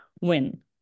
win